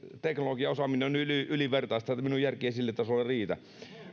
teknologiaosaaminen on niin ylivertaista että minun järkeni ei sille tasolle riitä